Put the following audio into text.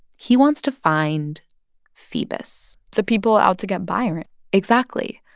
he wants to find phoebus the people out to get byron exactly.